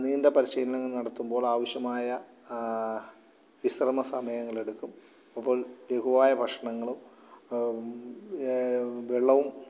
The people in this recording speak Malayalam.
നീന്തൽ പരിശീലനം നടത്തുമ്പോൾ ആവശ്യമായ വിശ്രമസമയങ്ങൾ എടുക്കും അപ്പോൾ ലഘുവായ ഭക്ഷണങ്ങളും വെള്ളവും